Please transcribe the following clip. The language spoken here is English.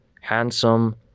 handsome